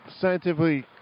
scientifically